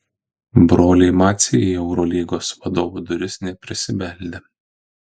broliai maciai į eurolygos vadovų duris neprisibeldė